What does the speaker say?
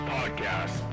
Podcast